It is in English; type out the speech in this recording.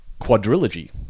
quadrilogy